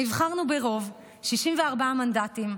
נבחרנו ברוב של 64 מנדטים,